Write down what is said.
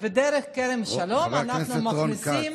ודרך כרם שלום אנחנו מכניסים